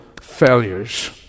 failures